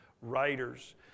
writers